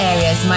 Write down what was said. Areas